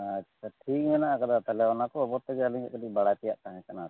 ᱟᱪᱪᱷᱟ ᱴᱷᱤᱠ ᱢᱮᱱᱟᱜ ᱟᱠᱟᱫᱟ ᱛᱟᱦᱚᱞᱮ ᱚᱱᱟ ᱠᱚ ᱵᱟᱵᱚᱛ ᱛᱮᱜᱮ ᱟᱹᱞᱤᱧ ᱫᱚ ᱠᱟᱹᱴᱤᱡ ᱵᱟᱲᱟᱭ ᱛᱮᱭᱟᱜ ᱛᱟᱸᱦᱮ ᱠᱟᱱᱟ ᱟᱨᱠᱤ